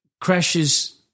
crashes